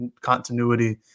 continuity